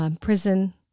prison